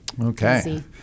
Okay